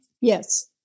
Yes